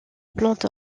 plante